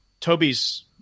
Toby's